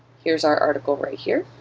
here's our article right here.